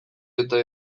eta